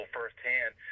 firsthand